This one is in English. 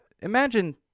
imagine